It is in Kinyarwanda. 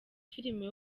filime